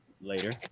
Later